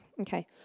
Okay